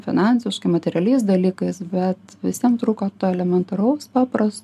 finansiškai materialiais dalykais bet visiem trūko to elementaraus paprasto